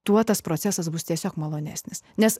tuo tas procesas bus tiesiog malonesnis nes